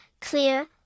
clear